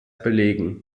belegen